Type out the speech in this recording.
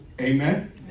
Amen